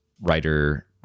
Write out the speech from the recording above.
writer